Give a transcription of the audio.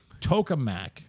tokamak